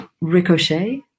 Ricochet